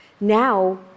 Now